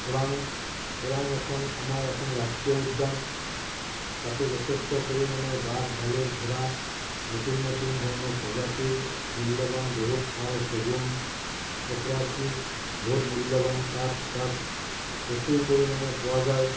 ওৰাং ওৰাং এখন আমাৰ এখন ৰাষ্ট্ৰীয় উদ্যান তাতো যথেষ্ট পৰিমাণৰ বাঘ ভালুক ঘোৰা নতুন নতুন ধৰণৰ প্ৰজাতিৰ মূল্যবান বহুত শাল চেগুণ চেকৰাচি বহুত মূল্যবান কাঠ তাত প্ৰচুৰ পৰিমাণে পোৱা যায়